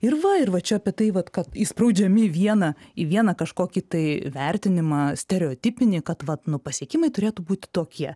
ir va ir va čia apie tai vat kad įspraudžiami vieną į vieną kažkokį tai vertinimą stereotipinį kad vat nu pasiekimai turėtų būti tokie